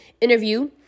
interview